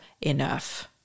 enough